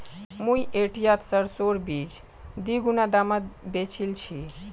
मुई हटियात सरसोर बीज दीगुना दामत बेचील छि